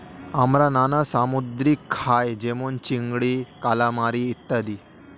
আমরা নানা সামুদ্রিক খাই যেমন চিংড়ি, কালামারী ইত্যাদি